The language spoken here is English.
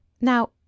Now